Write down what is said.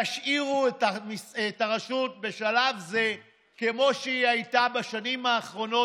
תשאירו את הרשות בשלב זה כמו שהיא הייתה בשנים האחרונות,